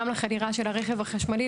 גם לחדירה של הרכב החשמלי,